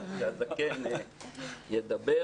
אז שהזקן ידבר.